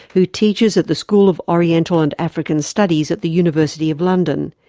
who teaches at the school of oriental and african studies at the university of london.